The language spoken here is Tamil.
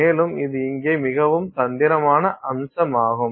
மேலும் அது இங்கே மிகவும் தந்திரமான அம்சமாகும்